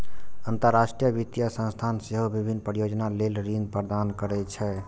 अंतरराष्ट्रीय वित्तीय संस्थान सेहो विभिन्न परियोजना लेल ऋण प्रदान करै छै